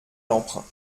l’emprunt